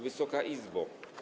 Wysoka Izbo!